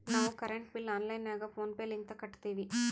ನಾವು current bill online ನಾಗ PhonePe ಲಿಂತ ಕಟ್ಟತ್ತಿವಿ